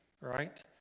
right